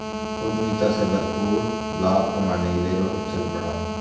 उद्यमिता से भरपूर लाभ कमाने के लिए रोहित चल पड़ा